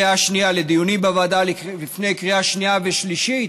לדיונים בוועדה, לפני הקריאה השנייה והשלישית,